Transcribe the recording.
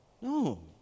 No